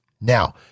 Now